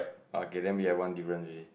okay then we have one difference already